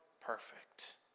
perfect